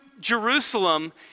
Jerusalem